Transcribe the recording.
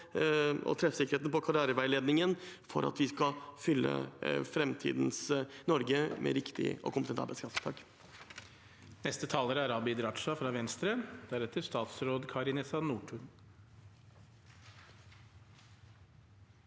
og treffsikkerheten på karriereveiledningen for at vi skal fylle framtidens Norge med riktig og kompetent arbeidskraft.